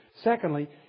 secondly